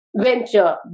venture